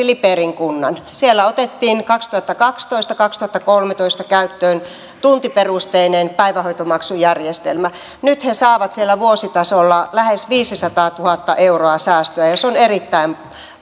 liperin kunnan siellä otettiin kaksituhattakaksitoista viiva kaksituhattakolmetoista käyttöön tuntiperusteinen päivähoitomaksujärjestelmä nyt he saavat siellä vuositasolla lähes viisisataatuhatta euroa säästöä ja se on erittäin